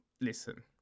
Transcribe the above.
listen